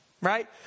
Right